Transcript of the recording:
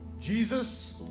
Jesus